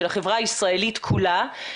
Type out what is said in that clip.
של החברה הישראלית כולה,